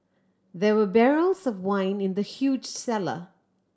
there were barrels of wine in the huge cellar